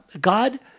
God